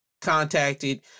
contacted